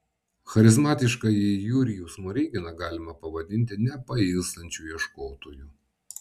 charizmatiškąjį jurijų smoriginą galima pavadinti nepailstančiu ieškotoju